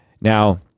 Now